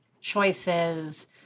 choices